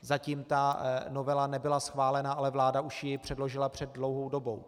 Zatím ta novela nebyla schválena, ale vláda už ji předložila před dlouhou dobou.